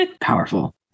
Powerful